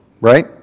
Right